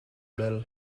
bell